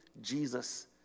Jesus